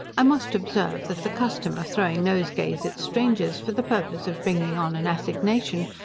i must observe, that the custom of throwing nosegays at strangers, for the purpose of bringing on an assignation,